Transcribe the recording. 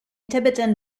tibetan